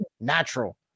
natural